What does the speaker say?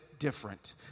Different